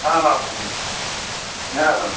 हँ हँ हूँ हूँ हँ हँ